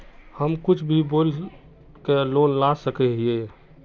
हम कुछ भी बोल के लोन ला सके हिये?